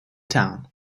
town